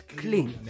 clean